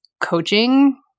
coaching